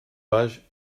page